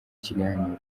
ikiganiro